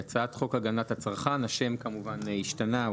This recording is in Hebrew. השם כמובן השתנה,